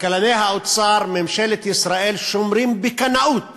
כלכלני האוצר, ממשלת ישראל, שומרים בקנאות